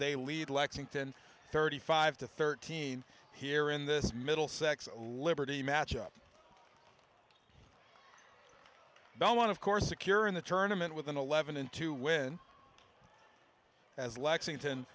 they lead lexington thirty five to thirteen here in this middlesex liberty match up don't want of course secure in the tournament with an eleven in to win as lexington